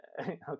okay